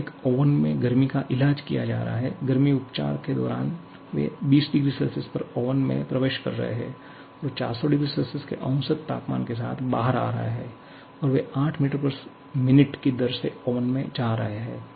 उन्हें एक ओवन में गर्मी का इलाज किया जा रहा है गर्मी उपचार के दौरान वे 20 o Cपर ओवन में प्रवेश कर रहे हैं 400 o C के औसत तापमान के साथ बाहर आ रहे हैं और वे 8 मीटरमिनट meterminute की दर से ओवन में जा रहे हैं